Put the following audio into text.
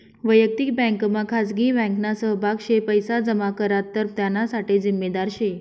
वयक्तिक बँकमा खाजगी बँकना सहभाग शे पैसा जमा करात तर त्याना साठे जिम्मेदार शे